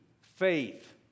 faith